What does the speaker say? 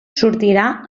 sortirà